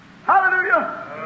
Hallelujah